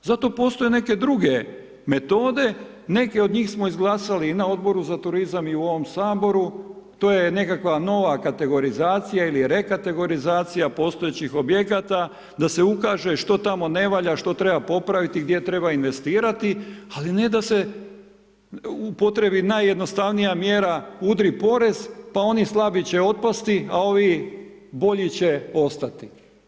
Zato postoje neke druge metode, neke od njih smo izglasali i na Odboru za turizam i u ovom Saboru, to je nekakva nova kategorizacija ili rekategorizacija postojećih objekata da se ukaže što tamo ne valja, što treba popraviti, gdje treba investirati, ali ne da se upotrijebi najjednostavnija mjera, udri porez, pa oni slabi će otpasti, a ovi bolji će ostati.